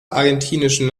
argentinischen